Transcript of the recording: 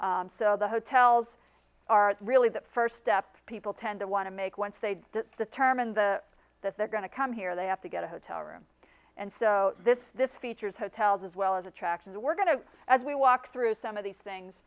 so the hotels are really the first step people tend to want to make once they determine the that they're going to come here they have to get a hotel room and so this this features hotels as well as attractions we're going to as we walk through some of these things